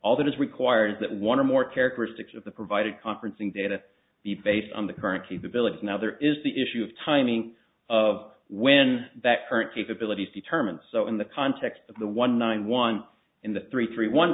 all that is required is that one or more characteristics of the provided conferencing data be based on the current capabilities now there is the issue of timing of when that current capabilities determined so in the context of the one nine one in the three three one